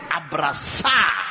abraçar